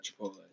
chipotle